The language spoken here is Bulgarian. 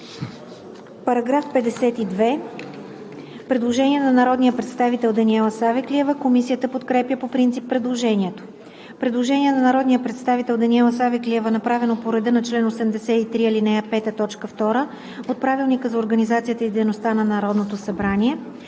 По § 53 има предложение на народния представител Даниела Савеклиева. Комисията подкрепя по принцип предложението. Предложение на народния представител Даниела Савеклиева, направено по реда на чл. 83, ал. 5, т. 2 от Правилника за организацията и дейността на Народното събрание.